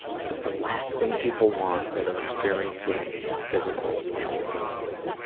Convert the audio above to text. i think the last thing people want, that are experiencing a physical ailment, is